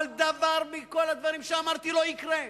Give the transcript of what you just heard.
אבל דבר מכל הדברים שאמרתי לא יקרה.